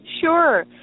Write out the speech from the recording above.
Sure